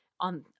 on